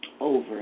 Over